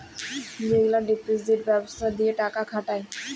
যেগলা ডিপজিট ব্যবস্থা দিঁয়ে টাকা খাটায়